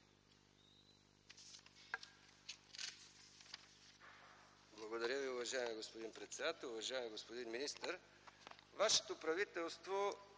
Благодаря Ви. Уважаеми господин председател! Уважаеми господин министър, вашето правителство